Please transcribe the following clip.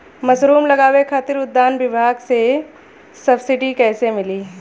Mushroom लगावे खातिर उद्यान विभाग से सब्सिडी कैसे मिली?